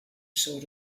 sort